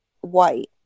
white